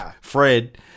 Fred